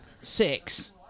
six